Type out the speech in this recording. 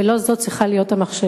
ולא זאת צריכה להיות המכשלה.